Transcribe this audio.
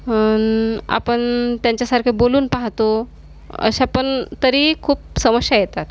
आणि आपण त्यांच्यासारखं बोलून पाहतो अशा पण तरीही खूप समस्या येतात